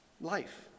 Life